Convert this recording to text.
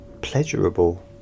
pleasurable